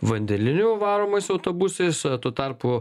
vandeniliu varomais autobusais o tuo tarpu